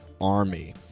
army